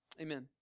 amen